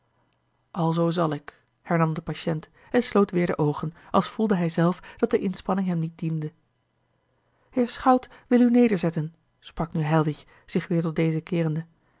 alzoo zal ik hernam de patiënt en sloot weêr de oogen als voelde hij zelf dat de inspanning hem niet diende heer schout wil u nederzetten sprak nu heilwich zich weêr tot dezen keerende